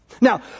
Now